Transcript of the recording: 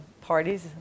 parties